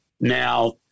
Now